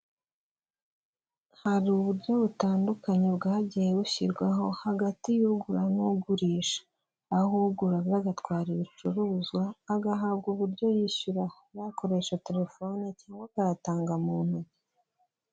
Hari uburyo butandukanye bwagiye bushyirwaho hagati y'ugura n'ugurisha, ahora aza agatwara ibicuruzwa agahabwa uburyo yishyuraho, yakoresha telefoni cyangwa akayatanga mu ntoki.